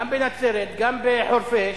גם בנצרת, גם בחורפיש,